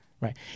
Right